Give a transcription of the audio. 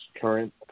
current